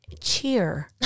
Cheer